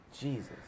Jesus